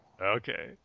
Okay